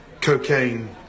Cocaine